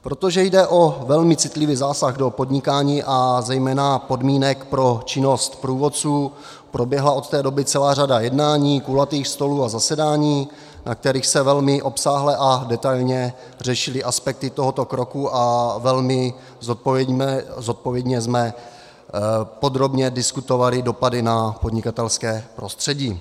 Protože jde o velmi citlivý zásah do podnikání a zejména podmínek pro činnost průvodců, proběhla od té doby celá řada jednání, kulatých stolů a zasedání, na kterých se velmi obsáhle a detailně řešily aspekty tohoto kroku a velmi zodpovědně jsme podrobně diskutovali dopady na podnikatelské prostředí.